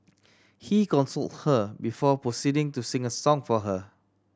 he consoled her before proceeding to sing a song for her